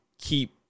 keep